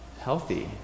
healthy